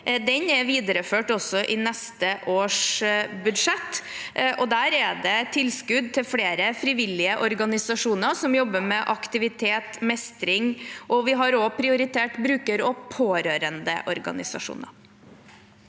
Det er videreført også i neste års budsjett, og der er det tilskudd til flere frivillige organisasjoner som jobber med aktivitet og mestring. Vi har også prioritert bruker- og pårørendeorganisasjoner.